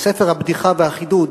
ב"ספר הבדיחה והחידוד"